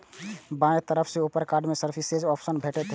बायां तरफ ऊपर मे कार्ड सर्विसेज के ऑप्शन भेटत